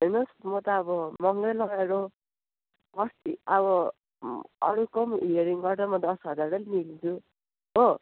हेर्नुहोस् म त अब महँगै लयर हो अस्ति अब अरूको पनि हेरिङ् गर्दा म दस हजारै लिन्छु हो